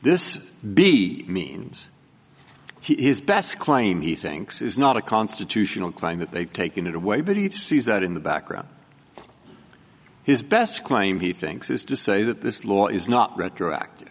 this be means he's best claim he thinks is not a constitutional claim that they've taken it away but he sees that in the background his best claim he thinks is to say that this law is not retroactive